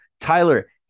Tyler